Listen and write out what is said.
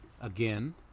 Again